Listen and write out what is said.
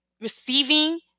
receiving